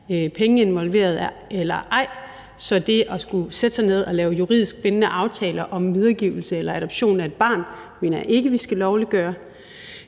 penge involveret eller ej. Så det at lave juridisk bindende aftaler om videregivelse eller adoption af et barn mener jeg ikke vi skal lovliggøre.